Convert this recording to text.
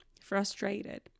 frustrated